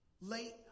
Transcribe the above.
Late